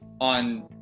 on